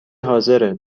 حاضره